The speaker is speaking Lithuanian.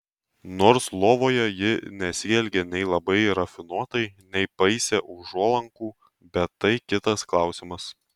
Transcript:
nors lovoje ji nesielgė nei labai rafinuotai nei paisė užuolankų bet tai kitas klausimas